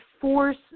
force